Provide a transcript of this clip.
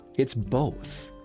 it's both.